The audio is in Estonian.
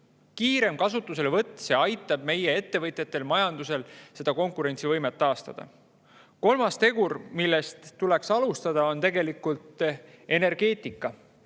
kiirem kasutuselevõtt. See aitab meie ettevõtjatel, majandusel konkurentsivõimet taastada. Kolmas tegur, millest tuleks alustada, on tegelikult energeetika